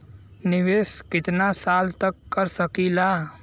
निवेश कितना साल तक कर सकीला?